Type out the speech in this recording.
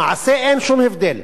במעשה אין שום הבדל,